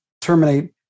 terminate